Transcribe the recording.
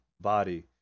body